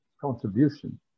contribution